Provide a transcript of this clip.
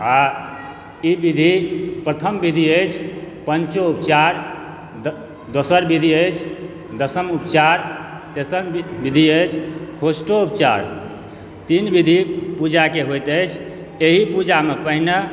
आ ई विधि प्रथम विधि अछि पंचोपचार दोसर विधि अछि दसमोपचार तेसर विधि अछि षोडषोपचार तीन विधि पूजा के होइत अछि एहि पूजा मे पहिने